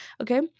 Okay